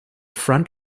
front